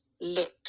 look